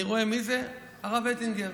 אני רואה מי זה, הרב אטינגר.